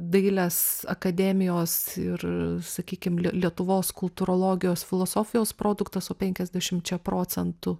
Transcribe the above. dailės akademijos ir sakykim lietuvos kultūrologijos filosofijos produktas o penkiasdešimčia procentų